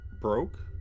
broke